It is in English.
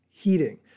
Heating